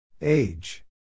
Age